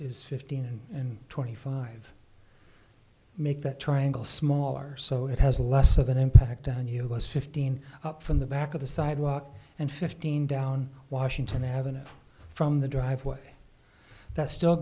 is fifteen and twenty five make that triangle smaller so it has less of an impact on you was fifteen up from the back of the sidewalk and fifteen down washington avenue from the driveway that still